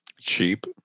Cheap